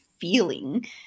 feeling